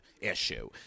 issue